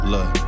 Look